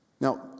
Now